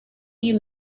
you